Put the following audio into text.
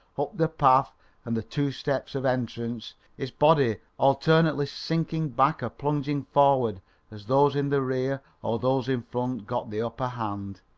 up the path and the two steps of entrance his body alternately sinking back or plunging forward as those in the rear or those in front got the upper hand.